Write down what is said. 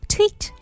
Tweet